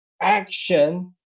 action